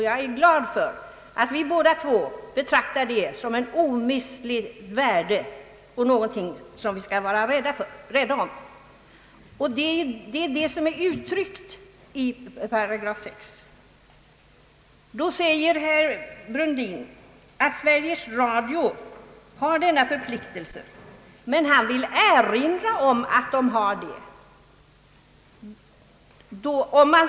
Jag är glad att vi båda betraktar den som ett omistligt värde och något som vi skall vara rädda om. Det är den principen som är uttryckt i 8 6. I övrigt kan jag inte riktigt förstå herr Brundins yttrande. Herr Brundin vill med reservation 2 erinra om att Sveriges Radio har en avtalsförpliktelse att slå vakt om demokratin.